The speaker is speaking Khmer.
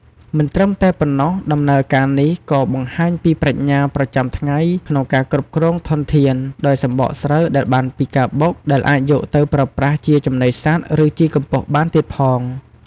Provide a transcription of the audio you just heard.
មិនត្រឹមតែប៉ុណ្ណោះ ដំណើរការនេះក៏បង្ហាញពីប្រាជ្ញាប្រចាំថ្ងៃក្នុងការគ្រប់គ្រងធនធាន ដោយសម្បកស្រូវដែលបានពីការបុក ដែលអាចយកទៅប្រើប្រាស់ជាចំណីសត្វ ឬជីកំប៉ុស្តបានទៀតផង។